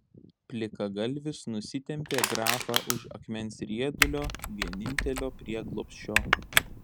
plikagalvis nusitempė grafą už akmens riedulio vienintelio prieglobsčio